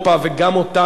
וגם אותנו,